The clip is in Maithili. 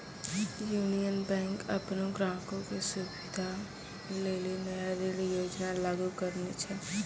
यूनियन बैंक अपनो ग्राहको के सुविधा लेली नया ऋण योजना लागू करने छै